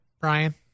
Brian